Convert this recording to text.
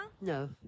No